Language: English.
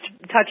touch